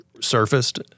surfaced